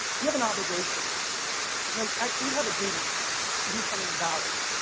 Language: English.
you have an obligation no, actually, you have a duty to do something about it.